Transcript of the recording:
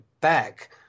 back